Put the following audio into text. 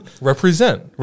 Represent